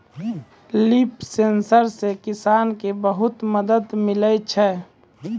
लिफ sensor से किसान के बहुत मदद मिलै छै